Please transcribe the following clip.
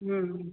ம்